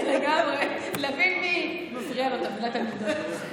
לגמרי, מפריע לו, תלמידות.